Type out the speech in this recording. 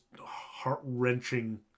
heart-wrenching